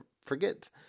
forget